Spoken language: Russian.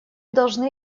должны